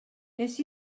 nes